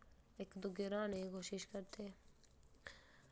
इक दुए गी हराने दी कोशश करदे